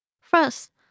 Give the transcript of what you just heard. First